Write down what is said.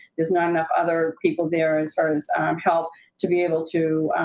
there's not enough other people there as far as health to be able to,